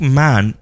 man